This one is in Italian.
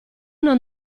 non